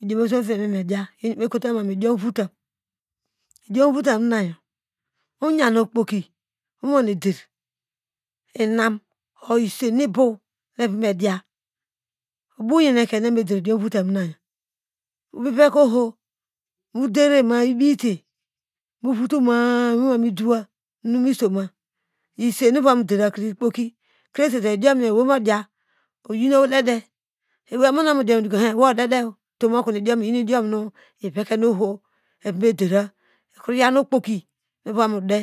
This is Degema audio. Idiom mekota mu idiom votam idiom votan na yo oyan okpoki owane dier inam or isen nu ibor ne eva me diya boyen ekein nu eva me dier idiom votan nayo moveke oho modee ma ibite movotoma iwinwo mi dowa nu ohom vota isen nu ovamu deier raka ikpoki kresedo idiom yo owei modiya do he wo odede otom okono idiom yo eyi idiom nu ivekeno oho eva medeir kroyaw nu okpoki nu ova mude